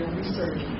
research